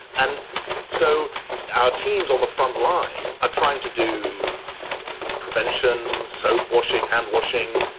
and so our teams on the front line are trying to do prevention, soap washing, hand washing,